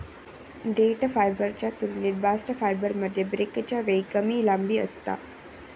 देठ फायबरच्या तुलनेत बास्ट फायबरमध्ये ब्रेकच्या वेळी कमी लांबी असता